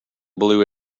blue